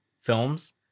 films